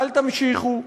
אל תמשיכו,